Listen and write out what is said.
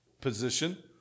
position